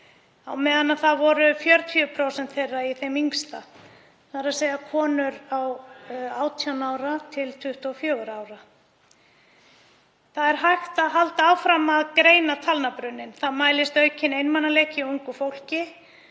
á meðan það voru 40% í þeim yngsta, þ.e. konur frá 18 ára til 24 ára. Það er hægt að halda áfram að greina talnabrunninn. Það mælist aukinn einmanaleiki hjá ungu fólki.